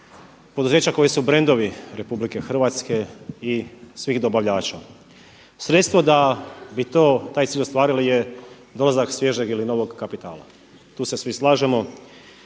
poduzeća koji su brendovi Republike Hrvatske i svih dobavljača. Sredstvo da bi taj cilj ostvarili je dolazak svježeg ili novog kapitala, tu se svi slažemo.